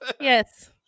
yes